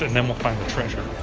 and then we'll find the treasure.